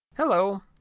Hello